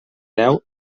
deu